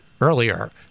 earlier